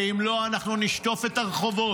ואם לא, אנחנו נשטוף את הרחובות